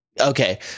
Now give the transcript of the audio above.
Okay